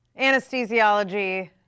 anesthesiology